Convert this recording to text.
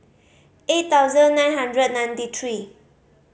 eight thousand nine hundred ninety three